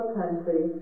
country